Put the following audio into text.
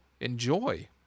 enjoy